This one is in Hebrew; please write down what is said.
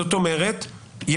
זאת אומרת,